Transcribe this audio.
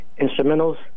instrumentals